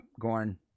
Gorn